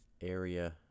area